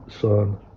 Son